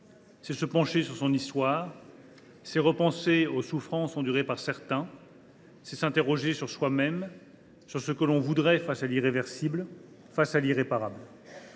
à se pencher sur son histoire, à repenser aux souffrances endurées par certains, à s’interroger sur soi même et sur ce que l’on voudrait face à l’irréversible et à l’irréparable.